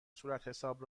صورتحساب